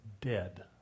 dead